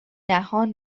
نهان